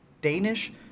Danish